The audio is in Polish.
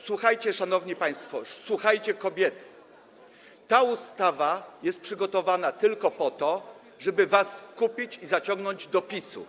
Słuchajcie, szanowni państwo, słuchajcie, kobiety: ta ustawa jest przygotowana tylko po to, żeby was kupić i zaciągnąć do PiS-u.